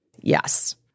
Yes